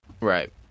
Right